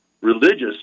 religious